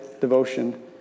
devotion